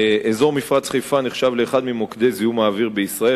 אזור מפרץ חיפה נחשב לאחד ממוקדי זיהום האוויר בישראל